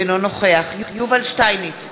אינו נוכח יובל שטייניץ,